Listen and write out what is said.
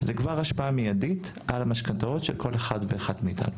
זה כבר השפעה מידית על המשכנתאות של כל אחד ואחד מאיתנו,